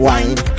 Wine